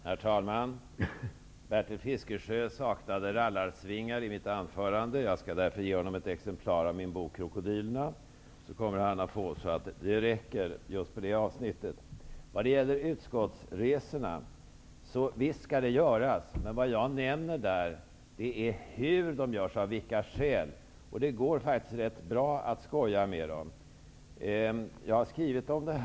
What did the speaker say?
Herr talman! Bertil Fiskesjö saknade rallarsvingar i mitt anförande. Jag skall därför ge honom ett exemplar av min bok Krokodilerna, så kommer han att få rallarsvingar så att det räcker. Utskottsresor skall visst göras. Vad jag invänder mot emellertid är av vilka skäl som de görs. Det går faktiskt rätt bra att skoja om dem. Jag har skrivit om detta.